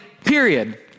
period